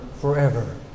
forever